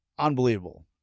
Unbelievable